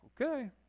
okay